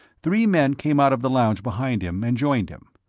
three men came out of the lounge behind him and joined him.